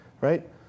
right